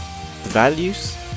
values